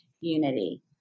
unity